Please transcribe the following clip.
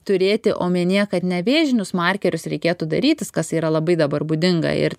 turėti omenyje kad nevėžinius markerius reikėtų darytis kas yra labai dabar būdinga ir